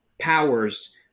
powers